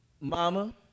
Mama